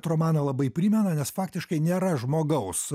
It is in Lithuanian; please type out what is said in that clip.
romaną labai primena nes faktiškai nėra žmogaus